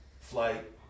flight